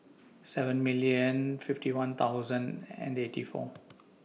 seven million fifty one thousand and eighty four